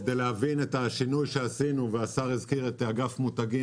כדי להבין את השינוי שעשינו השר הזכיר את אגף המותגים